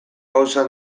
gauza